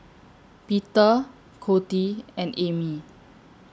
Peter Coty and Amy